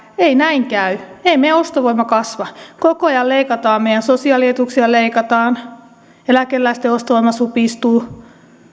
ei näin käy ei meidän ostovoimamme kasva koko ajan leikataan meidän sosiaalietuuksia leikataan eläkeläisten ostovoima supistuu